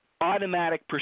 automatic